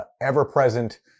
ever-present